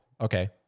Okay